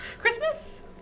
Christmas